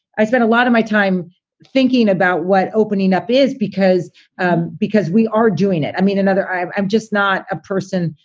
i spent a lot of my time thinking about what opening up is because ah because we are doing it. i mean, another i'm i'm just not a person,